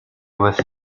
with